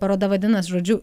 paroda vadinas žodžiu